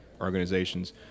organizations